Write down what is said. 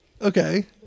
Okay